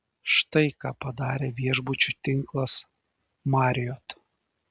štai ką padarė viešbučių tinklas marriott